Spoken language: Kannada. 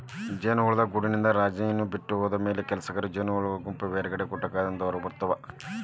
ಜೇನುಹುಳದ ಗೂಡಿನಿಂದ ರಾಣಿಜೇನು ಬಿಟ್ಟ ಹೋದಮ್ಯಾಲೆ ಕೆಲಸಗಾರ ಜೇನಹುಳಗಳ ಗುಂಪು ಬೇರೆಕಡೆ ಗೂಡಕಟ್ಟಾಕ ಹೊರಗಬರ್ತಾವ